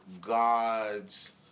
God's